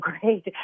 great